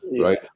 right